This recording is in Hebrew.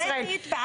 מתי היית בעכו?